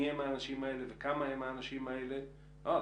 הידיעה מיהם האנשים האלה וכמה הם האנשים האלה אה,